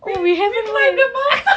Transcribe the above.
we we climb the mountain